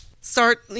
start